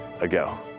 ago